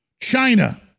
China